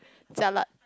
jialat